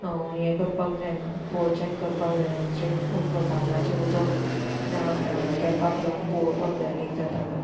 हें करपाक जायना पोळ चॅक करपाक जायना इन्टेड ऑफ सामनाचे उदक कॅपाक लावून पळोपाक जाय लीक जाता जाल्यार